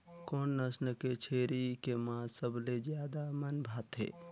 कोन नस्ल के छेरी के मांस सबले ज्यादा मन भाथे?